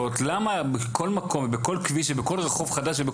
למה בכל מקום ובכל כביש ובכל רחוב חדש,